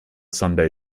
sunday